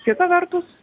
kita vertus